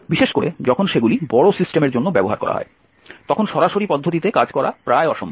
বিশেষ করে যখন সেগুলি বড় সিস্টেমের জন্য ব্যবহার করা হয় তখন সরাসরি পদ্ধতিতে কাজ করা প্রায় অসম্ভব